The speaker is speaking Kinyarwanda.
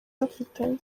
bafitanye